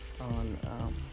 on